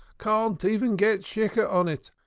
can't even get shikkur on it.